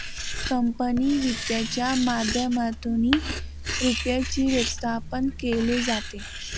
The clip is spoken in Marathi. कंपनी वित्तच्या माध्यमातूनही रुपयाचे व्यवस्थापन केले जाते